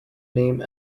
name